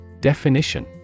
Definition